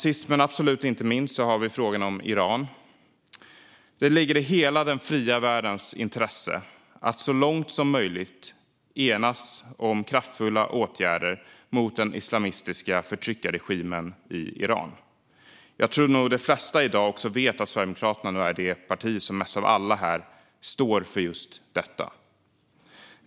Sist men absolut inte minst har vi frågan om Iran. Det ligger i hela den fria världens intresse att så långt som möjligt enas om kraftfulla åtgärder mot den islamistiska förtryckarregimen i Iran. Jag tror att de flesta i dag också vet att Sverigedemokraterna nog är det parti som mest av alla står för just detta.